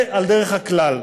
זה על דרך הכלל.